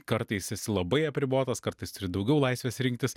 kartais esi labai apribotas kartais turi daugiau laisvės rinktis